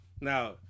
Now